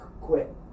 quit